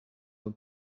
von